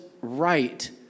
right